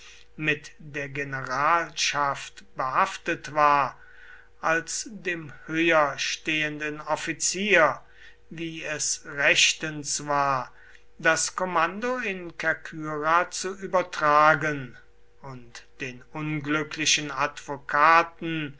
mit der generalschaft behaftet war als dem höherstehenden offizier wie es rechtens war das kommando in kerkyra zu übertragen und den unglücklichen